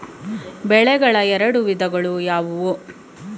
ಬೆಳೆಗಳ ಎರಡು ವಿಧಗಳು ಯಾವುವು?